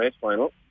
final